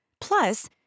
Plus